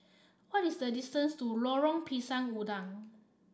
what is the distance to Lorong Pisang Udang